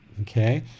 Okay